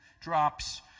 drops